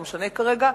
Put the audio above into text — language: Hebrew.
לא משנה כרגע,